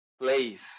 place